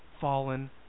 fallen